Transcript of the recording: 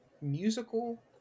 musical